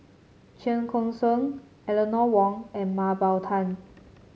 Cheong Koon Seng Eleanor Wong and Mah Bow Tan